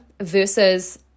versus